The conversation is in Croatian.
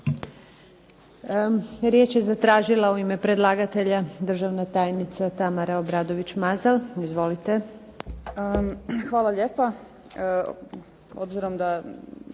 Riječ je zatražila u ime predlagatelja državna tajnica Tamara Obradović Mazal. Izvolite. **Obradović